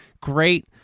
Great